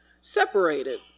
separated